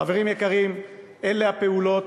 חברים יקרים, אלה הפעולות,